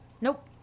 Nope